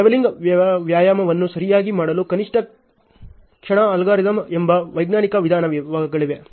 levelling ವ್ಯಾಯಾಮವನ್ನು ಸರಿಯಾಗಿ ಮಾಡಲು ಕನಿಷ್ಟ ಕ್ಷಣ ಅಲ್ಗಾರಿದಮ್ ಎಂಬ ವೈಜ್ಞಾನಿಕ ವಿಧಾನಗಳಿವೆ